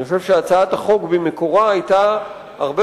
אני חושב שהצעת החוק במקורה היתה הרבה